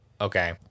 Okay